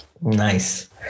nice